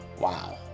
Wow